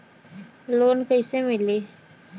Loan कईसे मिली?